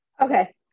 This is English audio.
Okay